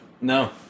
No